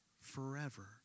forever